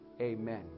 Amen